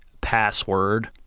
password